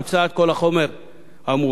הוצאת כל החומר המועשר,